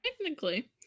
Technically